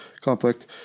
conflict